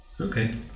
Okay